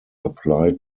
apply